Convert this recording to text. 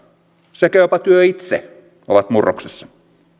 sekä jopa työ itse ovat murroksessa